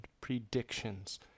predictions